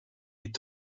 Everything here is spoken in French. est